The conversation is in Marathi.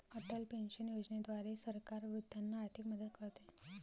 अटल पेन्शन योजनेद्वारे सरकार वृद्धांना आर्थिक मदत करते